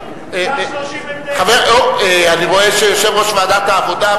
אני רואה שיושב-ראש ועדת העבודה,